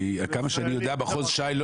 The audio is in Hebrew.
עד כמה שאני יודע, מחוז ש"י לא